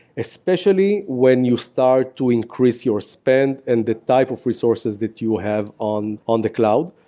especially when you start to increase your spend and the type of resources that you have on on the cloud.